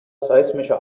seismischer